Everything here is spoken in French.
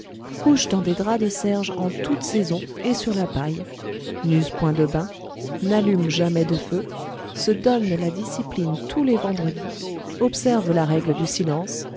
couchent dans des draps de serge en toute saison et sur la paille n'usent point de bains n'allument jamais de feu se donnent la discipline tous les vendredis observent la règle du silence